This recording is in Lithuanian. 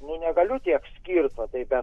nu negaliu tiek skirt o tai bet